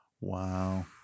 Wow